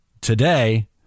today